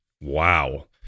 Wow